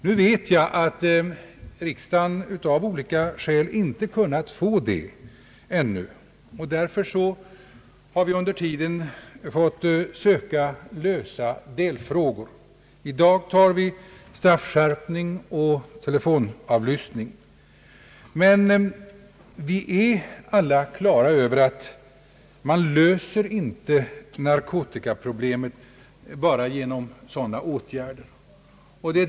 Jag vet att riksdagen av olika skäl inte kunnat få det ännu, och därför har vi under tiden fått söka lösa delfrågor — i dag behandlar vi straffskärpning och telefonavlyssning. Vi är emellertid alla på det klara med att man inte löser narkotikaproblemen enbart genom sådana åtgärder.